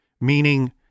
Meaning